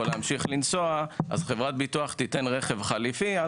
להמשיך לנסוע אז חברת הביטוח תיתן רכב חליפי.